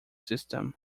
system